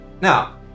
Now